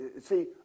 see